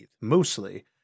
mostly